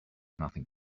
nothing